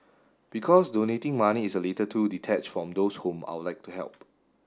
because donating money is a little too detached from those whom I'd like to help